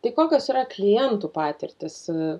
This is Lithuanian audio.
tai kokios yra klientų patirtys